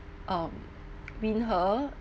um win her